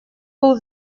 был